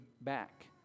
back